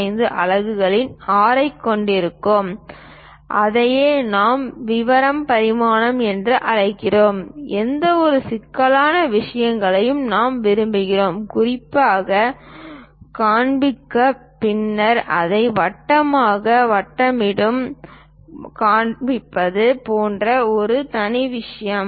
05 அலகுகளின் R ஐக் கொண்டுள்ளது அதையே நாம் விவரம் பரிமாணங்கள் என்று அழைக்கிறோம் எந்தவொரு சிக்கலான விஷயங்களையும் நாம் விரும்புகிறோம் குறிப்பாக காண்பிக்க பின்னர் அதை வட்டமாக வட்டமிட்டு காண்பிப்பது போன்ற ஒரு தனி விஷயம்